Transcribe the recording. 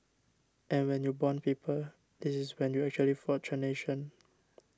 and when you bond people this is when you actually forge a nation